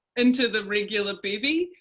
into the regular bevvie.